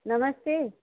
नमस्ते